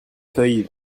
feuille